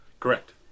Correct